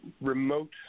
remote